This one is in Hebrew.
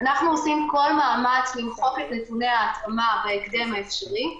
אנחנו עושים כל מאמץ למחוק את נתוני ההתאמה בהקדם האפשרי,